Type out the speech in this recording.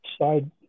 side